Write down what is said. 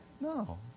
No